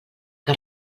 que